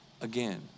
again